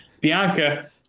Bianca